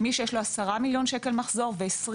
מי שיש לו עד 10 מיליון שקל מחזור ו-20